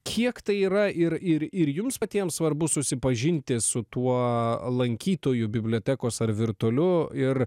kiek tai yra ir ir ir jums patiems svarbu susipažinti su tuo lankytojų bibliotekos ar virtualiu ir